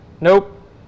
Nope